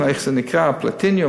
"פלטינום",